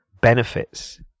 benefits